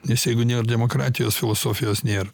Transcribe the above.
nes jeigu nėr demokratijos filosofijos nėr